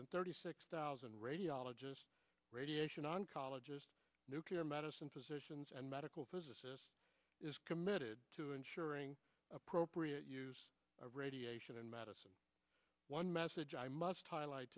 than thirty six thousand radiologists radiation oncologist nuclear medicine physicians and medical is committed to ensuring appropriate use of radiation and medicine one message i must highlight